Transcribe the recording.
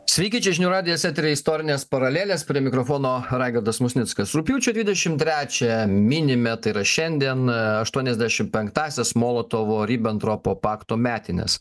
sveiki čia žinių radijas eteryje istorinės paralelės prie mikrofono raigardas musnickas rugpjūčio dvidešimt trečiąją minime tai yra šiandien aštioniasdešimt penktąsias molotovo ribentropo pakto metines